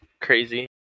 crazy